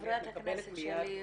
את מקבלת מיד קדימות.